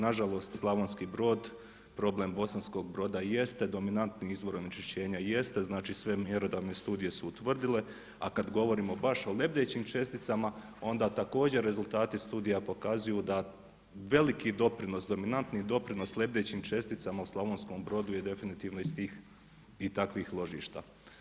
Nažalost Slavonski Brod, problem Bosanskog Broda i jeste dominantni izvor onečišćenja i jeste sve mjerodavne studije su utvrdile, a kad govorimo baš o lebdećim česticama, onda također rezultati studija pokazuju da veliki doprinos, dominantni doprinos lebdećim česticama u Slavonskom Brodu je definitivno iz tih i takvih ložišta.